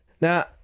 Now